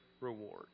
reward